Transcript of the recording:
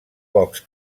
pocs